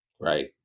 Right